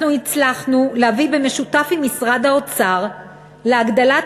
אנחנו הצלחנו להביא במשותף עם משרד האוצר להגדלת